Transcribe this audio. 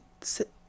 sit